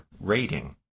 rating